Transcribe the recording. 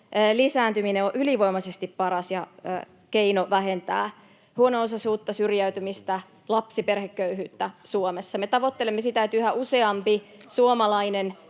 lisääntyminen on ylivoimaisesti paras keino vähentää huono-osaisuutta, syrjäytymistä ja lapsiperheköyhyyttä Suomessa. Me tavoittelemme sitä, että yhä useampi suomalainen